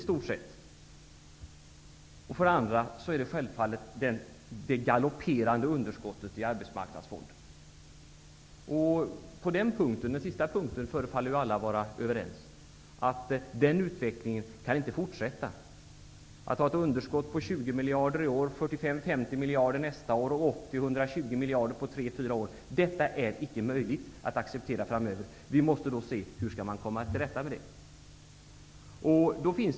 Det andra motivet är naturligtvis det galopperande underskottet i arbetsmarknadsfonden. På den sista punkten förefaller alla att vara överens, nämligen att den utvecklingen inte kan fortsätta. Att ha ett underskott på 20 miljarder i år, 45--50 miljarder nästa år och 80--120 miljarder på tre fyra år är icke möjligt att acceptera framöver. Vi måste då se hur man skall komma till rätta med det. Herr talman!